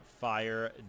fire